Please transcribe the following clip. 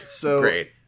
Great